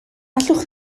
allwch